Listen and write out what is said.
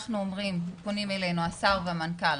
פונים אלינו השר והמנכ"ל,